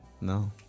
No